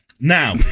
Now